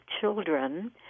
children